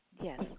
yes